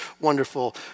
wonderful